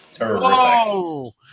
Whoa